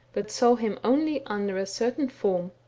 but saw him only under a certain form.